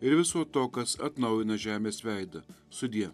ir viso to kas atnaujina žemės veidą sudie